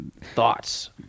Thoughts